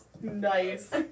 Nice